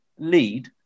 lead